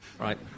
Right